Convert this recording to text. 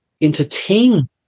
entertain